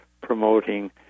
promoting